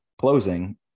closing